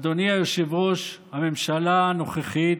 אדוני היושב-ראש, הממשלה הנוכחית,